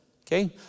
Okay